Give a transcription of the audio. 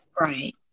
right